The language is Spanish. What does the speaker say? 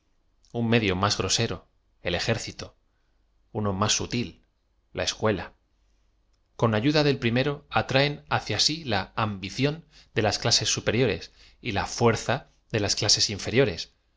un medio más grosero el ejército uno más útil la escuela cos ayuda del primero atraen hacia si la ambición de las clases superiores y la fuerza de las clases inferiores